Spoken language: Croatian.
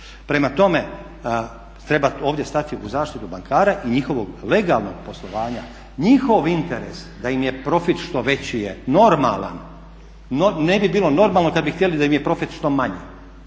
Prema tome, treba ovdje stati u zaštitu bankara i njihovog legalnog poslovanja. Njihov interes da im je profit što veći je normalan. Ne bi bilo normalno kad bi htjeli da im je profit što manji.